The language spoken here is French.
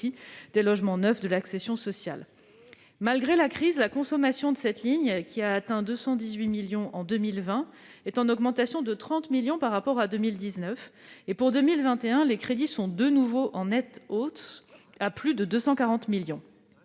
des logements neufs relevant de l'accession sociale. Malgré la crise, la consommation de cette ligne, qui a atteint 218 millions d'euros en 2020, est en augmentation de 30 millions d'euros par rapport à 2019, et pour 2021, les crédits, de nouveau en nette hausse, s'élèvent à plus de 240 millions